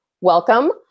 Welcome